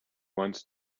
wants